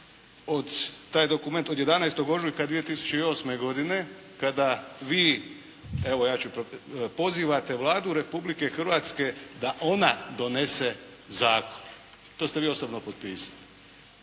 … /Govornik se ne razumije./ … pozivate Vladu Republike Hrvatske da ona donese zakon. To ste vi osobno potpisali.